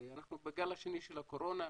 אנחנו בגל השני של הקורונה,